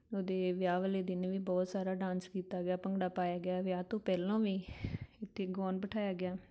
ਉਹਦੇ ਵਿਆਹ ਵਾਲੇ ਦਿਨ ਵੀ ਬਹੁਤ ਸਾਰਾ ਡਾਂਸ ਕੀਤਾ ਗਿਆ ਭੰਗੜਾ ਪਾਇਆ ਗਿਆ ਵਿਆਹ ਤੋਂ ਪਹਿਲਾਂ ਵੀ ਉੱਥੇ ਗਾਉਣ ਬਿਠਾਇਆ ਗਿਆ